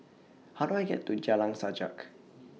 How Do I get to Jalan Sajak